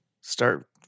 Start